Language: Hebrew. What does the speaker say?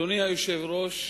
אדוני היושב-ראש,